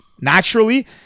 Naturally